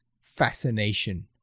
fascination